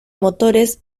motores